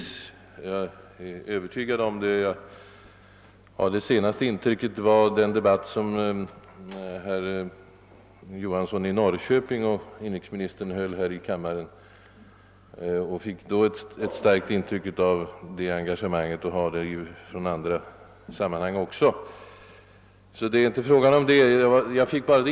Senast under den debatt som herr Johansson i Norrköping och inrikesministern förde här i kammaren fick jag ett påtagligt intryck av det engagemanget, och jag har även fått det vid andra tillfällen.